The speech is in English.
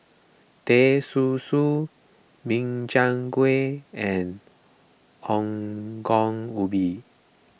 Teh Susu Min Chiang Kueh and Ongol Ubi